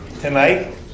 tonight